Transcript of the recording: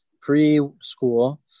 pre-school